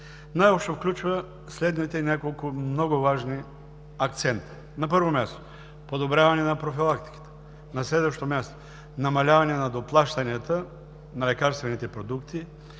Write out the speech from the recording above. най-общо включва следните няколко много важни акцента. На първо място, подобряване на профилактиката. На следващо място, намаляване на доплащанията на лекарствените продукти,